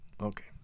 Okay